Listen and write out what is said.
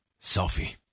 selfie